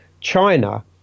China